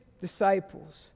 disciples